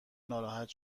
ناراحت